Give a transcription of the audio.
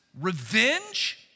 revenge